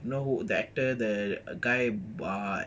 you know who the actor the guy err